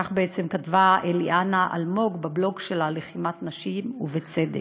כך בעצם כתבה אליענה אלמוג בבלוג שלה על לחימת נשים ובצדק.